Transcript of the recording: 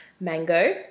mango